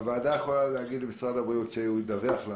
הוועדה יכולה להגיד למשרד הבריאות שידווח לה